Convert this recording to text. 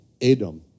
Edom